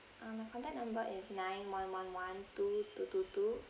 uh my contact number is nine one one one two two two two